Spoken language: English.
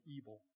evil